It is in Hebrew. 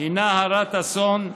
הינה הרת אסון,